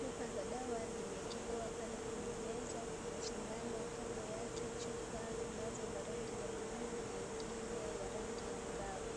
Chupa za dawa zimeekelewa pale kwenye meza, kuna sindano kando yake, chupa kunazo za rangi ya bluu na ingine ya rangi ya ngavu.